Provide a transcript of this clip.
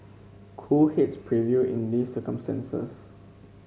cool heads prevail in these circumstances